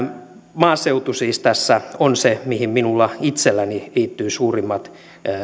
maaseutu siis tässä on se mihin minulla itselläni liittyy suurimmat